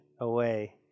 away